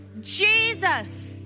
Jesus